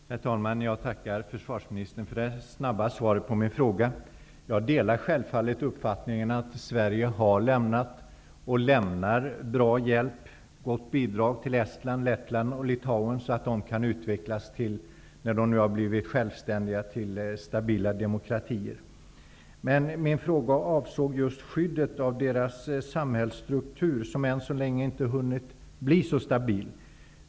Herr talman! Jag tackar försvarsministern för det snabba svaret på min fråga. Jag delar självfallet uppfattningen att Sverige har lämnat och lämnar bra hjälp och goda bidrag till Estland, Lettland och Litauen, så att de när de nu har blivit självständiga stater kan utvecklas till stabila demokratier. Men min fråga avsåg skyddet av deras samhällsstruktur, som ännu så länge inte hunnit bli så stabil.